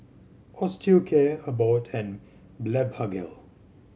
Osteocare Abbott and Blephagel